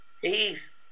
Peace